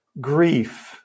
Grief